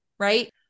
Right